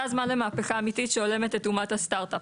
זה הזמן למהפכה אמיתית שהולמת את אומת הסטרטאפ.